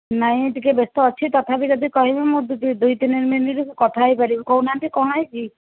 ନାହିଁ ଟିକିଏ ବ୍ୟସ୍ତ ଅଛି ତଥାପି ଯଦି କହିବେ ମୁଁ ଦୁଇ ତିନି ମିନିଟ୍ କଥା ହୋଇପାରିବି କହୁନାହାନ୍ତି କ'ଣ ହୋଇଛି